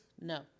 No